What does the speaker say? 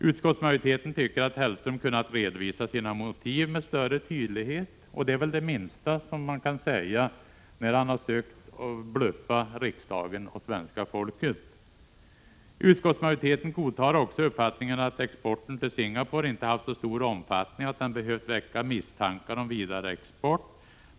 Utskottsmajoriteten tycker att Hellström kunde ha redovisat sina motiv med större tydlighet. Det är väl det minsta man kan säga, när han har försökt bluffa riksdagen och svenska folket. Utskottsmajoriteten godtar också uppfattningen att exporten till Singapore inte har haft så stor omfattning att den behövt väcka misstankar om vidare export.